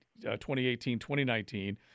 2018-2019